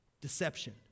Deception